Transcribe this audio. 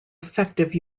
effective